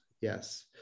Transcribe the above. Yes